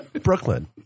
Brooklyn